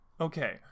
Okay